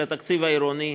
של התקציב העירוני.